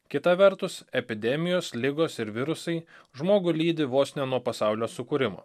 kita vertus epidemijos ligos ir virusai žmogų lydi vos ne nuo pasaulio sukūrimo